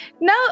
Now